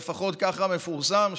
או לפחות כך מפורסם,